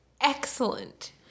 excellent